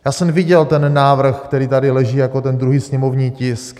Já jsem viděl ten návrh, který tady leží jako ten druhý sněmovní tisk.